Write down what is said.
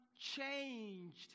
changed